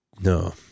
No